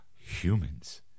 humans